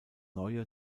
neue